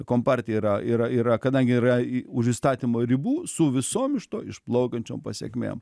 kompartija yra yra yra kadangi yra už įstatymo ribų su visom iš to išplaukiančiom pasekmėm